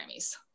Grammys